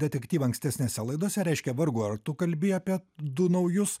detektyvą ankstesnėse laidose reiškia vargu ar tu kalbi apie du naujus